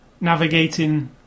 navigating